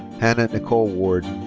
hannah nicole ward.